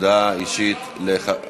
הודעה אישית לחבר הכנסת,